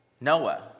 Noah